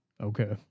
Okay